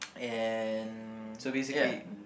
and ya